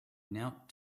knelt